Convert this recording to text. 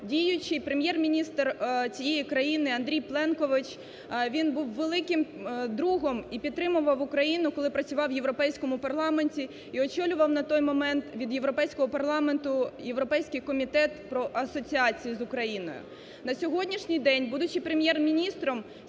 діючий Прем'єр-міністр цієї країни Андрій Пленкович, він був великим другом і підтримував Україну, коли працював в Європейському парламенті і очолював на той момент від Європейського парламенту Європейський комітет про асоціацію з Україною. На сьогоднішній день, будучи Прем'єр-міністром,